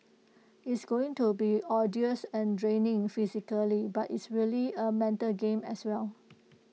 it's going to be arduous and draining physically but it's really A mental game as well